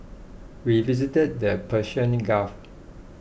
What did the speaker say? we visited the Persian Gulf